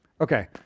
Okay